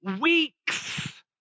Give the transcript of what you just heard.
weeks